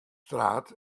straat